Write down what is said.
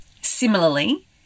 Similarly